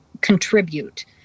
contribute